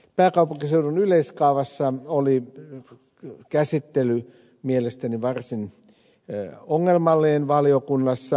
pääkaupunkiseudun yleiskaavan käsittely oli mielestäni varsin ongelmallinen valiokunnassa